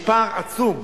יש פער עצום,